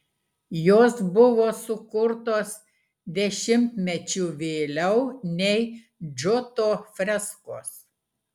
jos buvo sukurtos dešimtmečiu vėliau nei džoto freskos